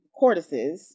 cortices